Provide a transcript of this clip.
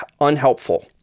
unhelpful